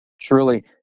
Truly